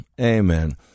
Amen